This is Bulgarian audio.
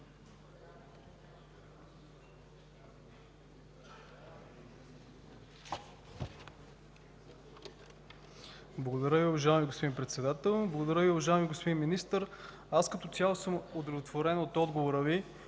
Благодаря Ви, уважаеми господин Председател. Благодаря, уважаеми господин Министър. Като цяло съм удовлетворен от отговора Ви